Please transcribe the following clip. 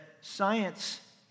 science